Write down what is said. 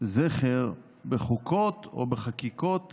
זכר בחוקות או בחקיקות